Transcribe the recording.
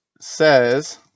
says